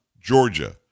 Georgia